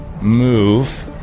move